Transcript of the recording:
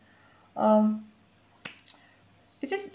um it's just